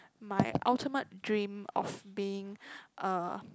my ultimate dream of being a